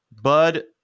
Bud